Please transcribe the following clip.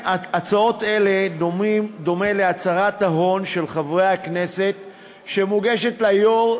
הצעות אלה דומות להצהרת ההון של חברי הכנסת שמוגשת ליושב-ראש,